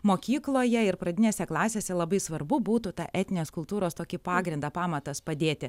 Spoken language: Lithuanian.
mokykloje ir pradinėse klasėse labai svarbu būtų tą etninės kultūros tokį pagrindą pamatas padėti